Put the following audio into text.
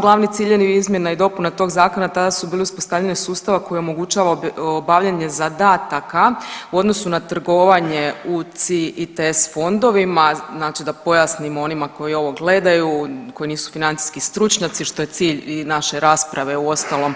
Glavni ciljevi izmjena i dopuna toga zakona tada su bili uspostavljanje sustava koji omogućava obavljanje zadataka u odnosu na trgovanje UCI i TES fondovima znači da pojasnim onima koji ovo gledaju, koji nisu financijski stručnjaci što je cilj i naše rasprave uostalom